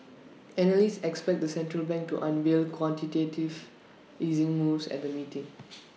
analysts expect the central bank to unveil quantitative easing moves at the meeting